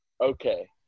Okay